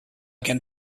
can